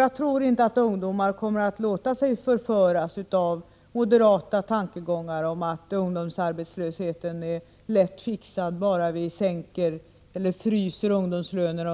Jag tror inte att ungdomar kommer att låta sig förföras av moderata tankegångar — att ungdomsarbetslösheten är lätt fixad, om bara ungdomslönerna fryses